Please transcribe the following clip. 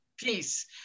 peace